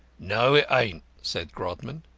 no, it ain't, said grodman.